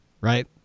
right